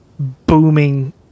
booming